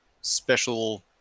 special